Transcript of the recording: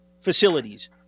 facilities